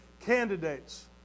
candidates